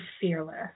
fearless